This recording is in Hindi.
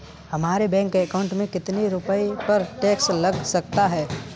हमारे बैंक अकाउंट में कितने रुपये पर टैक्स लग सकता है?